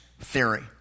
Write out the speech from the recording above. theory